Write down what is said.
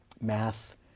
math